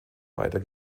weiter